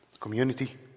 community